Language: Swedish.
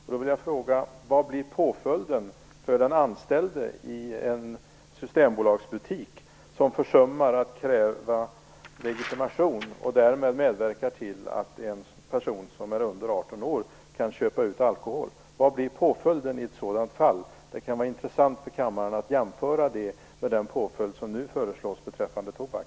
Jag vill då fråga: Vad blir påföljden för den anställde i en Systembolagsbutik som försummar att kräva legitimation och därmed medverkar till att en person som är under 18 år kan köpa ut alkohol? Vad blir påföljden i ett sådant fall? Det kan vara intressant för kammaren att jämföra det med den påföljd som nu föreslås beträffande tobak.